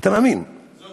אתה מאמין?